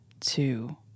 two